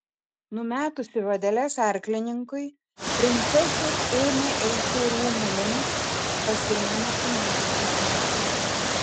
numetusi vadeles arklininkui princesė ėmė eiti rūmų link pasirėmusi man į petį